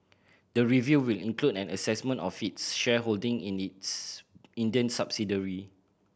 the review will include an assessment of its shareholding in its Indian subsidiary